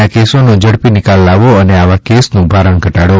ના કેસોનો ઝડપી નિકાલ લાવો અને આવા કેસ નું ભારણ ઘટાડો